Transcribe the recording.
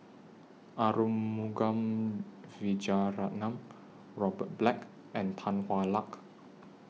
Arumugam Vijiaratnam Robert Black and Tan Hwa Luck